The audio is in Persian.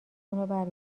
اونو